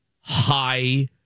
high